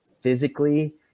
physically